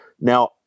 Now